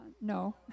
No